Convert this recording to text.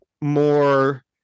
more